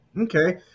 okay